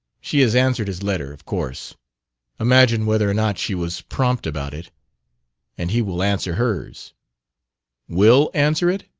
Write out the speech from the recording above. she has answered his letter, of course imagine whether or not she was prompt about it and he will answer hers will answer it?